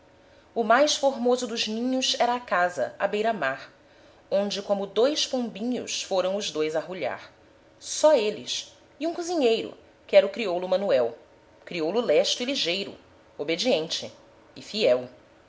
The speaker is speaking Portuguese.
o mais formoso dos ninhos era a casa à beira-mar onde como dois pombinhos foram os dois arrulhar só eles e um cozinheiro que era o crioulo manuel crioulo lesto e ligeiro obediente e fiel